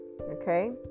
okay